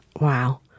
Wow